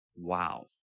Wow